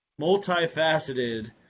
multifaceted